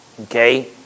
Okay